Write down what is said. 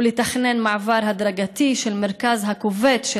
ולתכנן מעבר הדרגתי של מרכז הכובד של